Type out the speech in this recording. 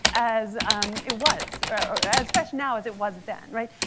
as um it was so as fresh now as it was then, right?